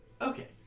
Okay